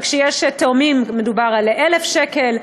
וכשיש תאומים מדובר ב-1,000 שקלים.